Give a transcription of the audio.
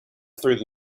through